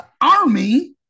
army